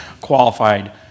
qualified